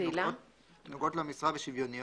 נוגעות למשרה ושוויוניות,